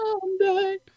Someday